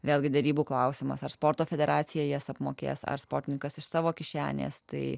vėlgi derybų klausimas ar sporto federacija jas apmokės ar sportininkas iš savo kišenės tai